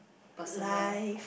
personal